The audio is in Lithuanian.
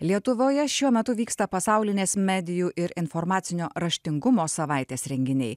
lietuvoje šiuo metu vyksta pasaulinės medijų ir informacinio raštingumo savaitės renginiai